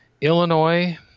Illinois